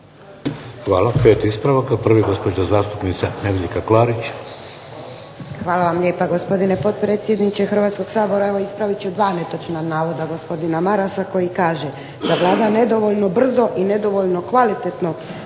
Hvala. Pet ispravaka. Prvi, gospođa zastupnica Nedjeljka Klarić. **Klarić, Nedjeljka (HDZ)** Hvala vam lijepa gospodine potpredsjedniče Hrvatskog sabora. Evo, ispravit ću 2 netočna navoda gospodina Marasa koji kaže da Vlada nedovoljno brzo i nedovoljno kvalitetno